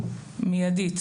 מידית,